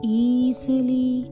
easily